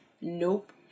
Nope